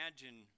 imagine